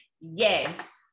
yes